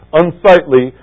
unsightly